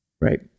Right